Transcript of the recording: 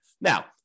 Now